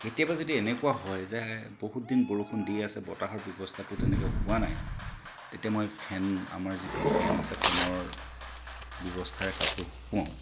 কেতিয়াবা যদি এনেকুৱা হয় যে বহুতদিন বৰষুণ দি আছে বতাহৰ ব্যৱস্থাটো তেনেকৈ হোৱা নাই তেতিয়া মই ফেন আমাৰ যিটো ফেন আছে ফেনৰ ব্যৱস্থাৰে কাপোৰ শুকুৱাওঁ